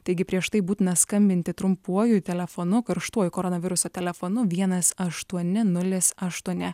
taigi prieš tai būtina skambinti trumpuoju telefonu karštuoju koronaviruso telefonu vienas aštuoni nulis aštuoni